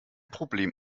problem